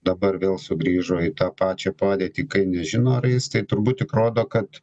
dabar vėl sugrįžo į tą pačią padėtį kai nežino ar eis tai turbūt tik rodo kad